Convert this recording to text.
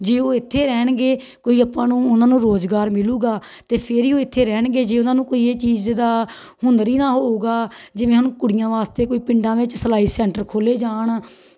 ਜੇ ਉਹ ਇੱਥੇ ਰਹਿਣਗੇ ਕੋਈ ਆਪਾਂ ਨੂੰ ਉਹਨਾਂ ਨੂੰ ਰੁਜ਼ਗਾਰ ਮਿਲੇਗਾ ਅਤੇ ਫਿਰ ਹੀ ਉਹ ਇੱਥੇ ਰਹਿਣਗੇ ਜੇ ਉਹਨਾਂ ਨੂੰ ਕੋਈ ਇਹ ਚੀਜ਼ ਦਾ ਹੁਨਰ ਹੀ ਨਾ ਹੋਊਗਾ ਜਿਵੇਂ ਹੁਣ ਕੁੜੀਆਂ ਵਾਸਤੇ ਕੋਈ ਪਿੰਡਾਂ ਵਿੱਚ ਸਿਲਾਈ ਸੈਂਟਰ ਖੋਲ੍ਹੇ ਜਾਣ